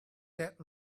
that